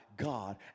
God